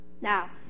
Now